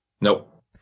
Nope